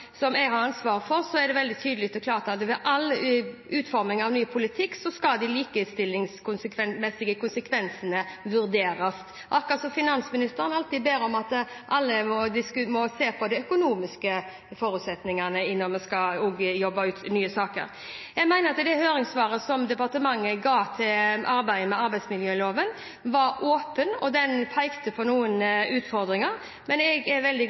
som jeg har ansvar for, er det veldig tydelig og klart at ved all utforming av ny politikk skal de likestillingsmessige konsekvensene vurderes – akkurat som at finansministeren alltid må be om at alle må se på de økonomiske forutsetningene når man skal jobbe fram nye saker. Jeg mener at det høringssvaret som departementet ga til arbeidet med arbeidsmiljøloven, var åpent. Det pekte på noen utfordringer, men jeg er veldig